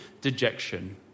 dejection